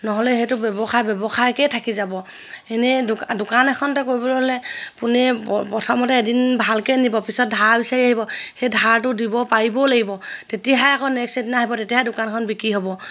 নহ'লে সেইটো ব্যৱসায় ব্যৱসায়কে থাকি যাব এনেই দোকান এখনতে কৰিবলৈ হ'লে পোনে প্ৰথমতে এদিন ভালকে নিব পিছত ধাৰ বিচাৰি আহিব সেই ধাৰটো দিব পাৰিবও লাগিব তেতিয়াহে আকৌ নেক্সট এদিনা আহিব তেতিয়াহে দোকানখন বিক্ৰী হ'ব